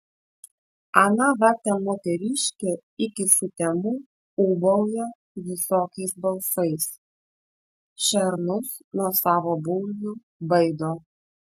ana va ten moteriškė iki sutemų ūbauja visokiais balsais šernus nuo savo bulvių baido